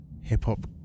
hip-hop